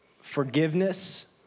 Forgiveness